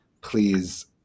please